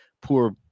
poor